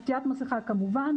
עטיית מסכה, כמובן.